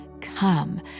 Come